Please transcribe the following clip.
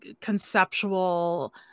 conceptual